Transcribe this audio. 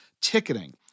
ticketing